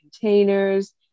containers